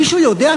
מישהו יודע?